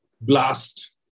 blast